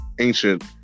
ancient